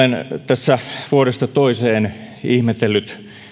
tässä vuodesta toiseen ihmetellyt